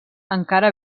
encara